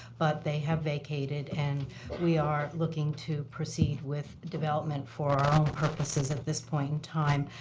but they have vacated and we are looking to proceed with development for our own purposes at this point in time.